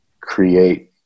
create